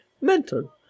Mental